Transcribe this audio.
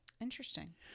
interesting